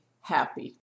happy